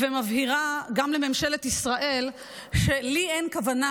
ומבהירה גם לממשלת ישראל שלי אין כוונה